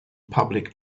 public